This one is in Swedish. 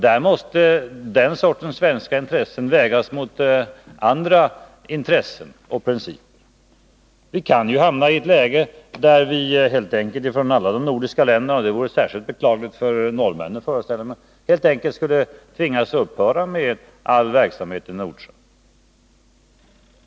Den sortens svenska intressen måste naturligtvis vägas mot andra intressen och principer. Vi måste t.ex. undvika ett läge där alla nordiska länder helt enkelt skulle tvingas upphöra med sin verksamhet i Nordsjön.